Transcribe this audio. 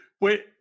Wait